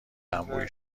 انبوهی